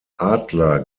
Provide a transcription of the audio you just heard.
adler